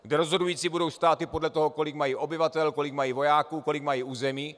Kde rozhodující budou státy podle toho, kolik mají obyvatel, kolik mají vojáků, kolik mají území.